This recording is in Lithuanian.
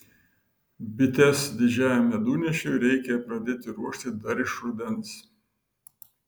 bites didžiajam medunešiui reikia pradėti ruošti dar iš rudens